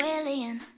alien